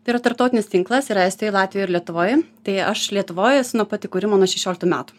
tai yra tarptautinis tinklas yra estijoj latvijoj ir lietuvoj tai aš lietuvoj esu nuo pat įkūrimo nuo šešioliktų metų